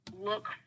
look